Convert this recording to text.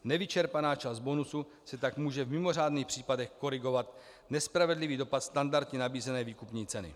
Nevyčerpaná část bonusu se tak může v mimořádných případech korigovat nespravedlivý dopad standardně nabízené výkupní ceny.